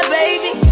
baby